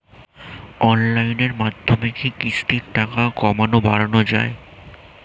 অনলাইনের মাধ্যমে কি কিস্তির টাকা কমানো বাড়ানো যায়?